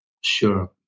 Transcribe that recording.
Sure